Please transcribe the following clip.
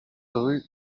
rue